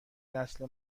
نسل